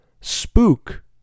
spook